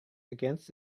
against